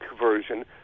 version